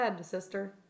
sister